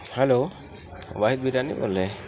hello Wahid biryani بول رہے ہیں